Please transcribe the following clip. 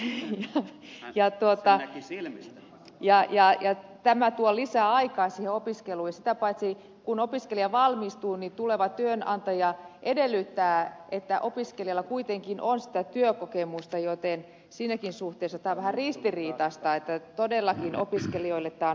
tämä tuo lisää aikaa siihen opiskeluun ja sitä paitsi kun opiskelija valmistuu niin tuleva työnantaja edellyttää että opiskelijalla kuitenkin on sitä työkokemusta joten siinäkin suhteessa tämä on vähän ristiriitaista niin että todellakin opiskelijoille tämä on hyvä asia